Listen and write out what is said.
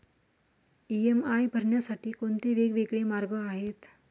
EMI भरण्यासाठी कोणते वेगवेगळे मार्ग आहेत?